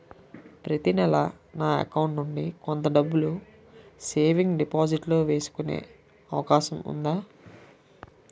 ప్రతి నెల నా అకౌంట్ నుండి కొంత డబ్బులు సేవింగ్స్ డెపోసిట్ లో వేసుకునే అవకాశం ఉందా?